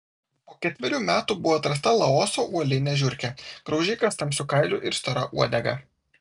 po ketverių metų buvo atrasta laoso uolinė žiurkė graužikas tamsiu kailiu ir stora uodega